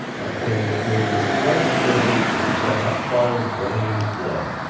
a thing that made his flesh quiver and set hot fires running in his blood.